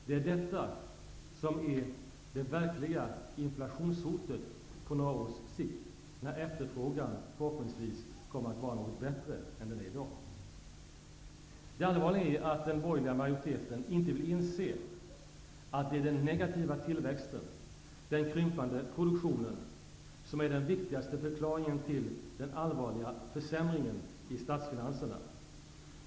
Det är detta som är det verkliga inflationshotet på några års sikt, när efterfrågan förhoppningsvis kommer att vara bättre än i dag. Det allvarliga är att den borgerliga majoriteten inte vill inse att det är den negativa tillväxten, den krympande produktionen, som är den viktigaste förklaringen till den allvarliga försämringen i statsfinanserna.